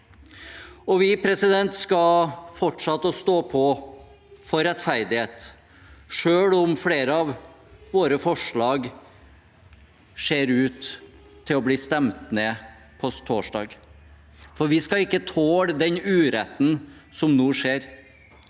kraftig. Vi skal fortsette å stå på for rettferdighet, selv om flere av våre forslag ser ut til å bli stemt ned på torsdag, for vi skal ikke tåle den uretten som nå skjer.